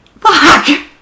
Fuck